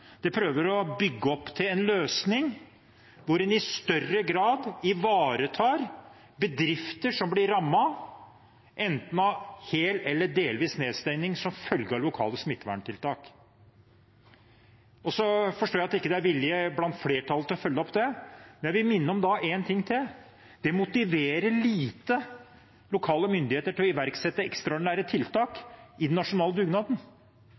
prøver å bygge opp til en løsning der en i større grad ivaretar bedrifter som blir rammet, enten av hel eller delvis nedstenging, som følge av lokale smitteverntiltak. Så forstår jeg at det ikke er vilje blant flertallet til å følge opp det, men da vil jeg minne om én ting til: Det motiverer lokale myndigheter lite til å iverksette ekstraordinære tiltak i den nasjonale dugnaden,